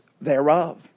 thereof